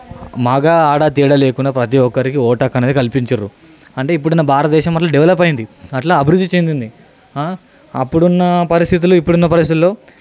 మగ ఆడ తేడా లేకున్నా ప్రతి ఒక్కరికి ఓటు హక్కు అనేది కల్పించుండ్రు అంటే ఇప్పుడున్న భారతదేశం అట్లా డెవలప్ అయ్యింది అలా అభివృద్ధి చెందింది అప్పుడున్న పరిస్థితులు ఇప్పుడున్న పరిస్థితులు